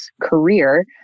career